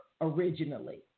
originally